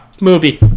movie